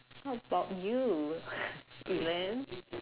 what about you even